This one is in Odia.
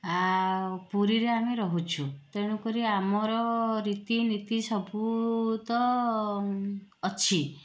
ଆଉ ପୁରୀରେ ଆମେ ରହୁଛୁ ତେଣୁକରି ଆମର ରୀତିନୀତି ସବୁ ତ ଅଛି